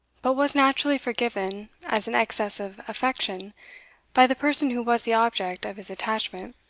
but was naturally forgiven as an excess of affection by the person who was the object of his attachment.